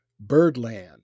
birdland